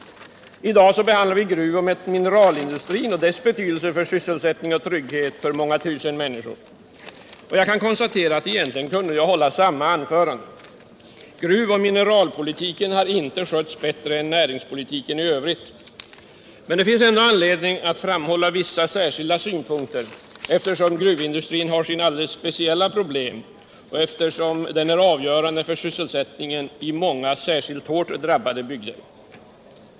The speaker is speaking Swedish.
I dag behandlar vi gruvoch mineralindustrin och dess betydelse för sysselsättning och trygghet för många tusen människor. Jag kan konstatera att jag egentligen kunde hålla samma anförande. Gruvoch mineralpolitiken har inte skötts bättre än näringspolitiken i övrigt. Men det finns anledning att i dag framhålla vissa särskilda synpunkter, eftersom gruvindustrin har sina alldeles speciella problem och eftersom den är avgörande för sysselsättningen i många särskilt hårt drabbade bygder.